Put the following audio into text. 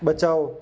बचाओ